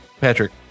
Patrick